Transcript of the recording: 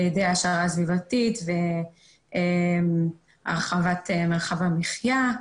על ידי העשרה סביבתית והרחבת מרחב המחיה,